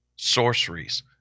sorceries